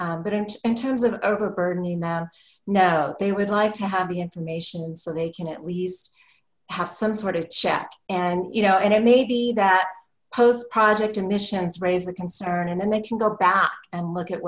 but in terms of overburden you now know they would like to have the information so they can at least have some sort of check and you know and it may be that post project emissions raise a concern and then they can go back and look at